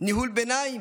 ניהול ביניים,